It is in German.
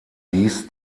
dies